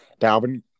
Dalvin